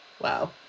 wow